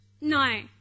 No